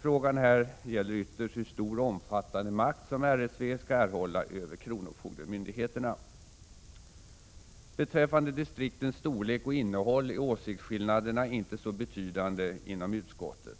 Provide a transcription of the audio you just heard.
Frågan här gäller ytterst hur stor och omfattande makt som RSV skall erhålla över kronofogdemyndigheterna. Beträffande distriktens storlek och innehåll är åsiktsskillnaderna inte så betydande inom utskottet.